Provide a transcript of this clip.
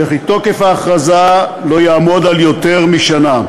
וכי תוקף ההכרזה לא יעמוד על יותר משנה.